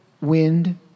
wind